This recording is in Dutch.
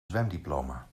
zwemdiploma